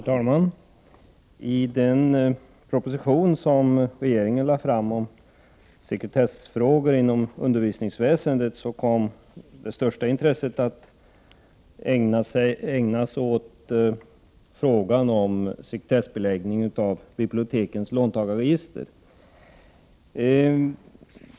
Herr talman! I den proposition som regeringen lade fram om sekretessfrågor inom undervisningsväsendet kom det största intresset att ägnas åt frågan om sekretessbeläggning av bibliotekens låntagarregister.